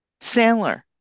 Sandler